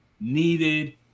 needed